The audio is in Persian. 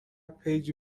پیجی